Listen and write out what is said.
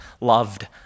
loved